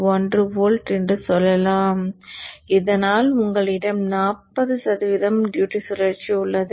1 volt என்று சொல்லலாம் இதனால் உங்களிடம் 40 சதவிகிதம் டியூட்டி சுழற்சி உள்ளது